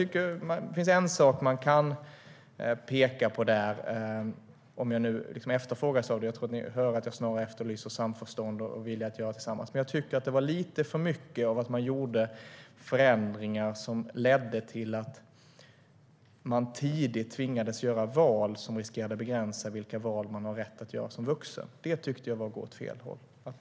Det finns en sak jag kan peka på, när jag frågas om det. Ni hör att jag snarare efterlyser samförstånd och vilja att göra saker tillsammans. Men jag tycker att det var lite för många förändringar som ledde till att eleven tidigt tvingades göra val som riskerade att begränsa de val han eller hon har rätt att göra som vuxen. Det tyckte jag var att gå åt fel håll.